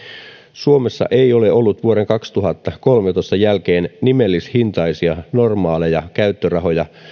suomessa ei ole ollut vuoden kaksituhattakolmetoista jälkeen nimellishintaisia normaaleja käyttörahoja